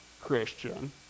Christian